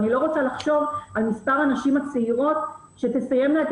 אני לא רוצה לחשוב על מספר הנשים הצעירות שתסיימנה את